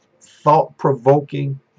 thought-provoking